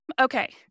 Okay